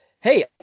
hey